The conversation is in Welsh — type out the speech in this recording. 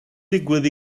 digwydd